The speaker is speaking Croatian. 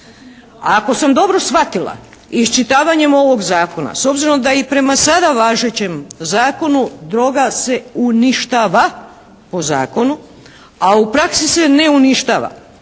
Ako sam dobro shvatila isčitavanjem ovog zakona s obzirom da i prema sada važećem zakonu droga se uništava po zakonu a u praksi se ne uništava,